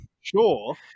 Sure